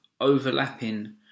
overlapping